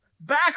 back